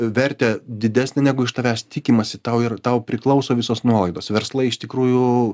vertę didesnę negu iš tavęs tikimąsi tau ir tau priklauso visos nuolaidos verslai iš tikrųjų